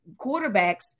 quarterbacks